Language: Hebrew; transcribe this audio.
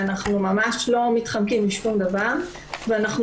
-- -אנחנו ממש לא מתחמקים משום דבר ואנחנו